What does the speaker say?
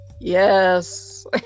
Yes